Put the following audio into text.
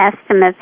estimates